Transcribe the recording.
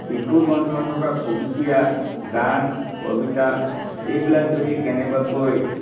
শিশু গ্ৰন্থত থকা খুহুটীয়া গান কবিতা এইবিলাক যদি কেনেবাকৈ